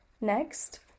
Next